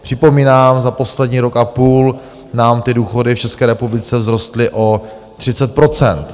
Připomínám, za poslední rok a půl nám ty důchody v České republice vzrostly o 30 %.